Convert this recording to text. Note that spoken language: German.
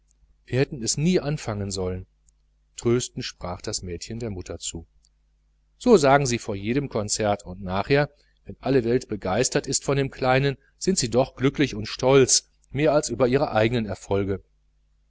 wir hätten es nie anfangen sollen tröstend sprach das junge mädchen der mutter zu so sagen sie vor jedem konzert und nachher wenn alle welt begeistert ist von dem kleinen sind sie doch glücklich und stolz mehr als über ihre eigenen erfolge